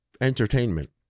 entertainment